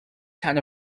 town